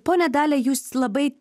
ponia dalia jūs labai